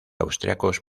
austriacos